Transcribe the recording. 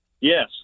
yes